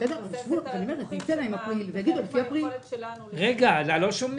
מתבססת על הדיווחים ועל היכולת שלנו לבחון.